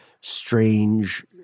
strange